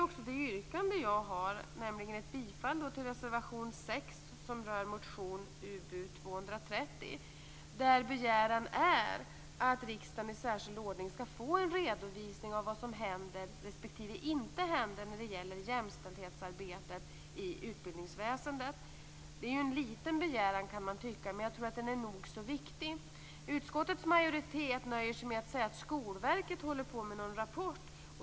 Jag yrkar bifall till reservation 6 i anslutning till motion Ub230, där det begärs att riksdagen i särskild ordning skall få en redovisning av vad som händer respektive inte händer när det gäller jämställdhetsarbetet i utbildningsväsendet. Man kan tycka att det är en liten begäran, men jag tror att den är nog så viktig. Utskottets majoritet nöjer sig med att hänvisa till att Skolverket arbetar med en rapport.